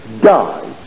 die